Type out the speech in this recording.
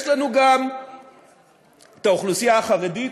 יש לנו גם האוכלוסייה החרדית,